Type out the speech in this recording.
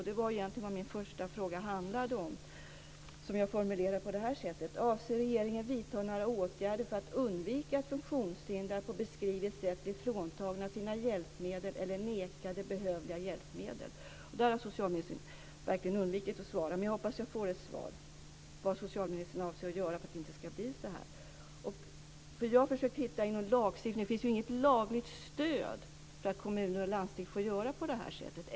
Det var egentligen vad min första fråga handlade om. Jag formulerade den på det här sättet: "Avser regeringen vidta några åtgärder för att undvika att funktionshindrade på beskrivet sätt blir fråntagna sina hjälpmedel eller nekade behövliga hjälpmedel?" På den frågan har socialministern verkligen undvikit att svara. Men jag hoppas att jag får ett besked nu om vad socialministern avser att göra för att det inte ska bli så här. Jag har försökt hitta lagstiftning, men det finns inget lagligt stöd för att kommuner och landsting får göra på det här sättet.